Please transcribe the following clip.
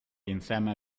insieme